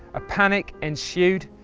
a panic ensued.